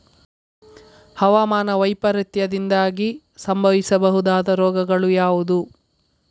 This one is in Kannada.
ಹವಾಮಾನ ವೈಪರೀತ್ಯದಿಂದಾಗಿ ಸಂಭವಿಸಬಹುದಾದ ರೋಗಗಳು ಯಾವುದು?